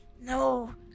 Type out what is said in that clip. No